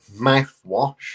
mouthwash